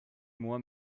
mois